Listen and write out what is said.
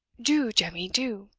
do, jemmy, do!